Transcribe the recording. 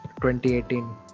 2018